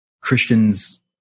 Christians